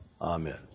Amen